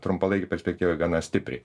trumpalaikėj perspektyvoj gana stipriai